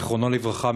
זיכרונו לברכה,